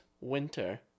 winter